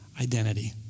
identity